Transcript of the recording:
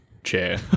Chair